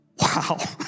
Wow